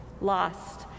lost